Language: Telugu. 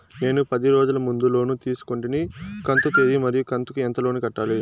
నేను పది రోజుల ముందు లోను తీసుకొంటిని కంతు తేది మరియు కంతు కు ఎంత లోను కట్టాలి?